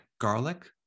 garlic